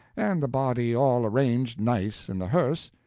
and the body all arranged nice in the hearse,